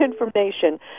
information